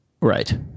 Right